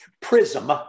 Prism